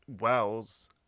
Wells